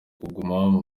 kuguma